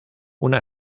una